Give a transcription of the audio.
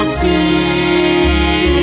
see